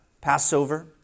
Passover